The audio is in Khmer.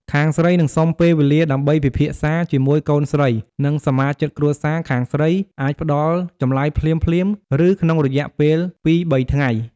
ខាងស្រីនឹងសុំពេលវេលាដើម្បី ពិភាក្សា ជាមួយកូនស្រី និងសមាជិកគ្រួសារ ខាងស្រីអាចផ្តល់ចម្លើយភ្លាមៗ ឬក្នុងរយៈពេលពីរបីថ្ងៃ។